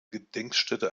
gedenkstätte